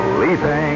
leaving